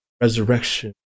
resurrection